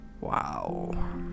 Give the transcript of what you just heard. wow